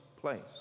place